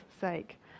sake